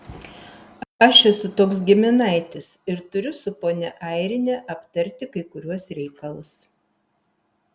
aš esu toks giminaitis ir turiu su ponia airine aptarti kai kuriuos reikalus